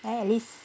then at least